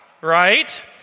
Right